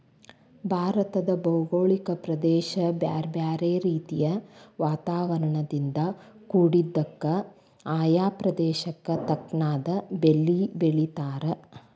ಭಾರತದ ಭೌಗೋಳಿಕ ಪ್ರದೇಶ ಬ್ಯಾರ್ಬ್ಯಾರೇ ರೇತಿಯ ವಾತಾವರಣದಿಂದ ಕುಡಿದ್ದಕ, ಆಯಾ ಪ್ರದೇಶಕ್ಕ ತಕ್ಕನಾದ ಬೇಲಿ ಬೆಳೇತಾರ